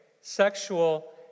sexual